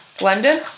London